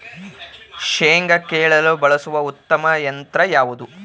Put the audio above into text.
ಶೇಂಗಾ ಕೇಳಲು ಬಳಸುವ ಉತ್ತಮ ಯಂತ್ರ ಯಾವುದು?